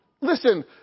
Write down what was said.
Listen